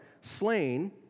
slain